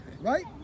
right